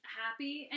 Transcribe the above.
happy